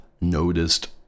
noticed